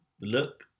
look